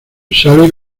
sale